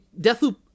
Deathloop